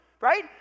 right